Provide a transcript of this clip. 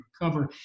recover